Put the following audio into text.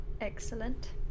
Excellent